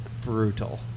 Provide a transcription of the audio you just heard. brutal